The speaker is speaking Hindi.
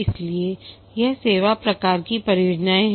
इसलिए यह सेवा प्रकार की परियोजनाएं हैं